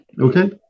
okay